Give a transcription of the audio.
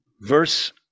Verse